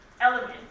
element